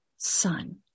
son